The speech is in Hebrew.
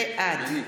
בעד